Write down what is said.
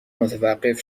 متوقف